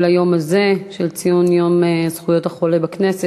היום הזה לציון יום זכויות החולה בכנסת,